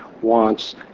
wants